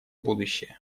будущее